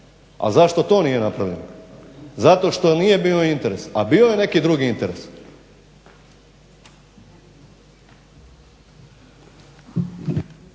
a zašto to nije napravljeno, zato što nije bio interes, a bio je neki drugi interes.